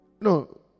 No